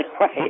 right